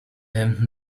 hemden